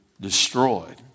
destroyed